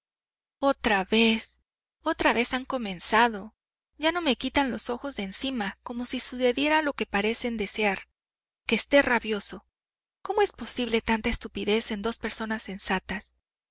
otra vez otra vez han comenzado ya no me quitan los ojos de encima como si sucediera lo que parecen desear que esté rabioso cómo es posible tanta estupidez en dos personas sensatas